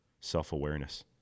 self-awareness